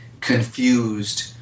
confused